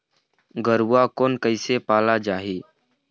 गरवा कोन कइसे पाला जाही?